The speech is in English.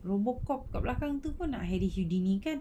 robocop kat belakang pun nak harry houdini kan